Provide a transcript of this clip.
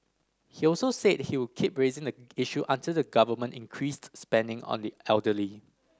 he also said he would keep raising the issue until the Government increased spending on the elderly